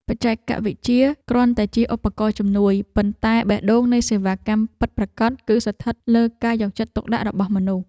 បច្ចេកវិទ្យាគ្រាន់តែជាឧបករណ៍ជំនួយ ប៉ុន្តែបេះដូងនៃសេវាកម្មពិតប្រាកដ គឺស្ថិតលើការយកចិត្តទុកដាក់របស់មនុស្ស។